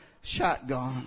shotgun